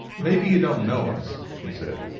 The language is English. maybe you don't know us, he said.